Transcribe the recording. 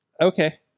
Okay